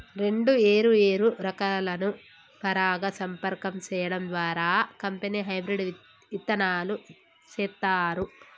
రెండు ఏరు ఏరు రకాలను పరాగ సంపర్కం సేయడం ద్వారా కంపెనీ హెబ్రిడ్ ఇత్తనాలు సేత్తారు